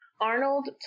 Arnold